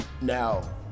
Now